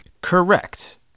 Correct